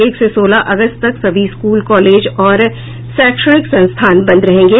एक से सोलह अगस्त तक सभी स्कूल कॉलेज और शैक्षणिक संस्थान बंद रहेंगे